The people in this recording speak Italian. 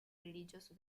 religioso